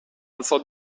alzò